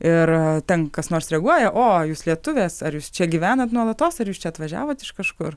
ir ten kas nors reaguoja o jūs lietuvės ar jūs čia gyvenate nuolatos ar jūs čia atvažiavot iš kažkur